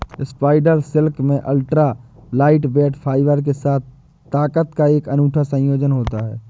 spider silk में ultra lightweight fibre के साथ ताकत का एक अनूठा संयोजन होता है